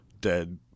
dead